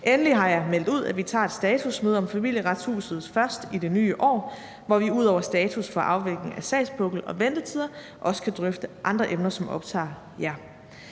Endelig har jeg meldt ud, at vi tager et statusmøde om Familieretshuset først i det nye år, hvor vi ud over status for afvikling af sagspukkel og ventetider også kan drøfte andre emner, som optager jer.